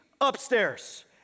upstairs